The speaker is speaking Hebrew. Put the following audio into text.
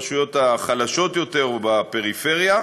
ברשויות החלשות יותר או בפריפריה.